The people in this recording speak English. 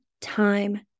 time